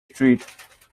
street